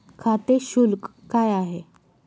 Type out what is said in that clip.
खाते शुल्क काय आहे?